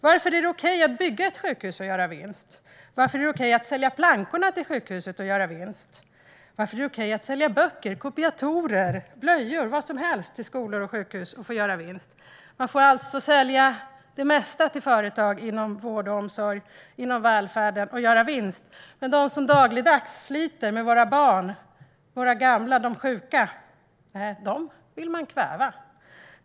Varför är det okej att bygga ett sjukhus och göra vinst? Varför är det okej att sälja plankorna till sjukhuset och göra vinst? Varför är det okej att sälja böcker, kopiatorer, blöjor och vad som helst till skolor och sjukhus och göra vinst? Man får alltså sälja det mesta till företag inom vård och omsorg och inom välfärden och göra vinst, men de som dagligdags sliter med våra barn, gamla och sjuka vill man kväva.